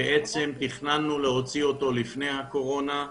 שתכננו להוציא אותו לפועל לפני הקורונה.